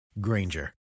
Granger